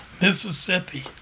Mississippi